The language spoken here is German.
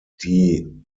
die